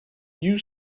you